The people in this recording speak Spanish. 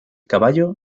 caballo